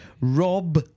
Rob